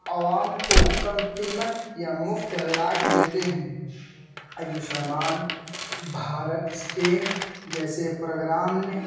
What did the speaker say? عوام کو کم قیمت یا مفت علاج دیتے ہیں آیو شمان بھارت اسکیم جیسے پروگرام نے